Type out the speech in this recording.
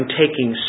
taking